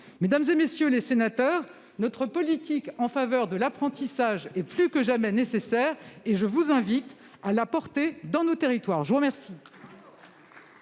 Mesdames, messieurs les sénateurs, notre politique en faveur de l'apprentissage est plus que jamais nécessaire. Je vous invite à la porter dans nos territoires. La parole